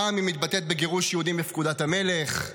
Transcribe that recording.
פעם היא מתבטאת בגירוש יהודים בפקודת המלך,